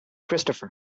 christopher